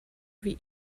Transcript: wie